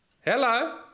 Hello